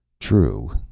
true.